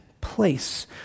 place